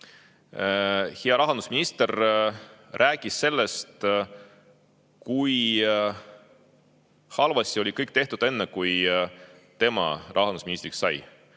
hea rahandusminister rääkis sellest, kui halvasti oli kõik, enne kui tema rahandusministriks sai.